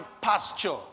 pasture